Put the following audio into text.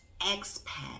expat